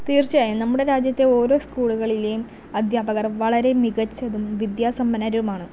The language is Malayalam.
തീർച്ചയായും നമ്മുടെ രാജ്യത്തെ ഓരോ സ്കൂളുകളിലെയും അധ്യാപകർ വളരെ മികച്ചതും വിദ്യാസമ്പന്നരുമാണ്